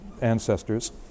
ancestors